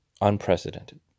Unprecedented